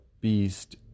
beast